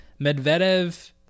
medvedev